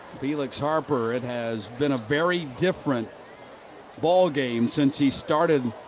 felix harper, it has been a very different ball game sense he started